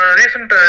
recent